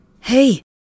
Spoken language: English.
Hey